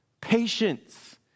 patience